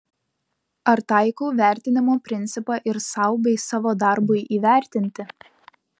ar taikau vertinimo principą ir sau bei savo darbui įvertinti